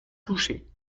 touchées